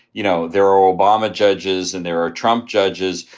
you know, there are obama judges and there are trump judges,